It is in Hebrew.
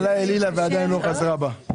אנחנו בעד העצמת הדרג הפוליטי.